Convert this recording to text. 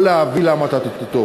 או להביא להמתתו.